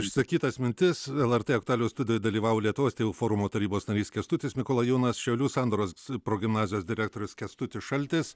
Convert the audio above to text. išsakytas mintis lrt aktualijų studijoj dalyvavo lietuvos tėvų forumo tarybos narys kęstutis mikolajūnas šiaulių sandoros progimnazijos direktorius kęstutis šaltis